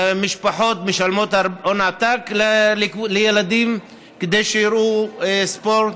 משפחות משלמות הון עתק כדי שהילדים יראו ספורט.